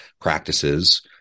practices